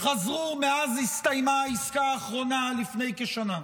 חזרו מאז הסתיימה העסקה האחרונה לפני כשנה,